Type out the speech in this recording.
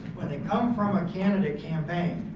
when they come from a candidate campaign,